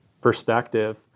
perspective